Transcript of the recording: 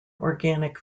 organic